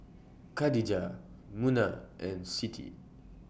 Khadija Munah and Siti